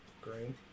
Green